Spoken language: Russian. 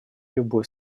любой